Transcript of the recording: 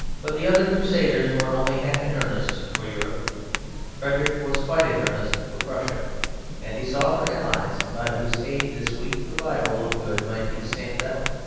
but the other crusaders were only half in earnest for europe frederick was quite in earnest for prussia and he sought for allies, by whose aid this weak revival of good might be stamped out,